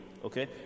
Okay